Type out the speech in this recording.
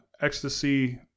ecstasy